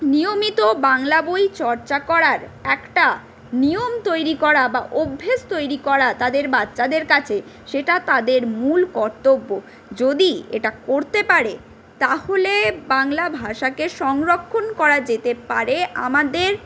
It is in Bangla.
নিয়মিত বাংলা বই চর্চা করার একটা নিয়ম তৈরি করা বা অভ্যেস তৈরি করা তাদের বাচ্চাদের কাছে সেটা তাদের মূল কর্তব্য যদি এটা করতে পারে তাহলে বাংলা ভাষাকে সংরক্ষণ করা যেতে পারে আমাদের